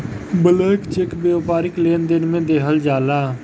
blank cheque व्यापारिक लेनदेन में देहल जाला